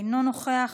אינו נוכח,